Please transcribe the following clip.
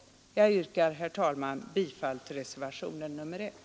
Jag yrkar, herr talman, bifall till reservationen 1.